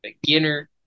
Beginner